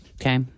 Okay